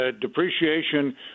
depreciation